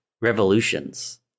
Revolutions